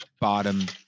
bottom